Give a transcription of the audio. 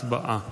הצבעה.